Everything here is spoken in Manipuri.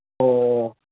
ꯑꯣ